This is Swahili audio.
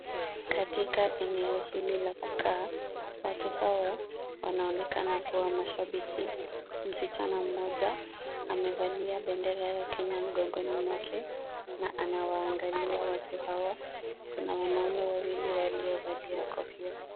Katika eneo hili la kukaa, watu hawa wanaonekana kuwa mashabiki. Msichana mmoja amevalia bendera ya Kenya mgongoni mwake, na anawaangalia watu hawa na wanaume wawili waliovalia kofia.